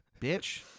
Bitch